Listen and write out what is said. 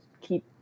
keep